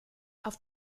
auf